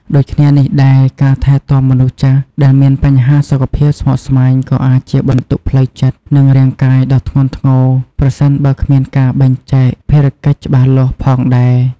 ដូចគ្នានេះដែរ ការថែទាំមនុស្សចាស់ដែលមានបញ្ហាសុខភាពស្មុគស្មាញក៏អាចជាបន្ទុកផ្លូវចិត្ត និងរាងកាយដ៏ធ្ងន់ធ្ងរ ប្រសិនបើគ្មានការបែងចែកភារកិច្ចច្បាស់លាស់ផងដែរ។